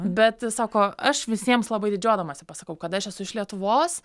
bet sako aš visiems labai didžiuodamasi pasakau kad aš esu iš lietuvos